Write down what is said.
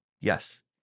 Yes